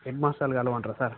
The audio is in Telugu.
హెడ్ మాస్టర్ని కలవమంటారా సార్